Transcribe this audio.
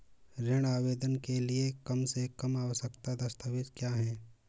ऋण आवेदन के लिए कम से कम आवश्यक दस्तावेज़ क्या हैं?